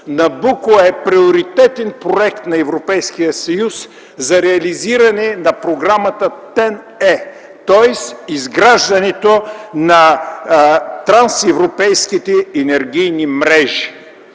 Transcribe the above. „Набуко” е приоритетен проект на Европейския съюз за реализиране на програмата ТЕN-Е, тоест изграждането на трансевропейските енергийни мрежи.